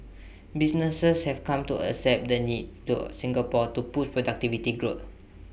businesses have come to accept the need to Singapore to push productivity growth